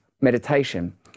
meditation